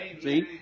See